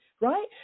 right